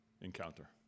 encounter